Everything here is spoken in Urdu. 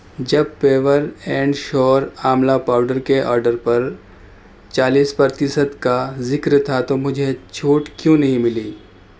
جب پیور اینڈ شیور آملہ پاؤڈر کے آڈر پر چالیس پرتیست کا ذکر تھا تو مجھے چھوٹ کیوں نہیں ملی